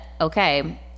okay